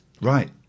Right